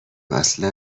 اصلا